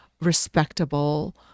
respectable